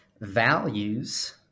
Values